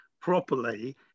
properly